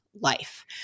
life